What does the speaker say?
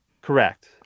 correct